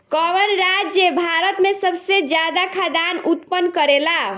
कवन राज्य भारत में सबसे ज्यादा खाद्यान उत्पन्न करेला?